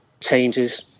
changes